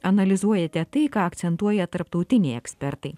analizuojate tai ką akcentuoja tarptautiniai ekspertai